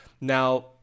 Now